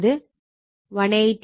അത് 180